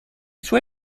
suoi